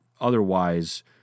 otherwise